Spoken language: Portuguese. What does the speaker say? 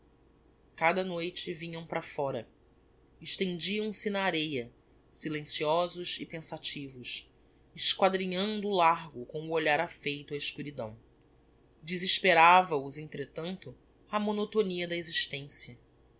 cada noite vinham para fóra extendiam se na areia silenciosos e pensativos esquadrinhando o largo com o olhar affeito á escuridão desesperava os entretanto a monotonia da existencia